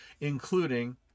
including